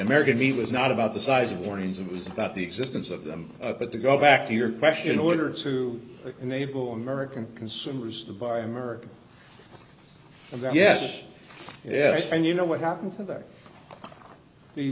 american meat was not about the size of warnings it was about the existence of them but to go back to your question in order to enable american consumers the by americans the yeah yeah and you know what happened to that the